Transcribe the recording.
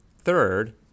Third